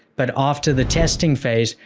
but after the testing phase,